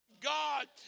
God